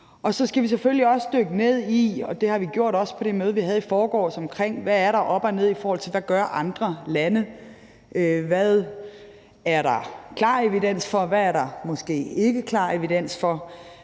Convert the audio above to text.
ny. Så skal vi selvfølgelig også dykke ned i – det har vi også gjort på det møde, vi havde i forgårs – hvad der er op og ned, i forhold til hvad andre lande gør, hvad der er klar evidens for, hvad der måske ikke er klar evidens for,